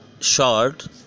short